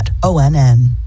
ONN